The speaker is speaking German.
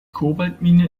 kobaltmine